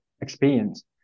experience